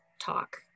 talk